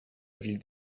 ville